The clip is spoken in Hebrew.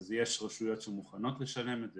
יש רשויות שמוכנות לשלם את זה,